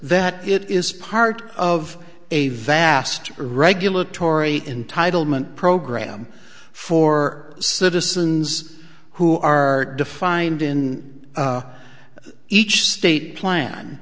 that it is part of a vast regulatory entitlement program for citizens who are defined in each state plan